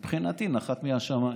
מבחינתי, נחת מהשמיים.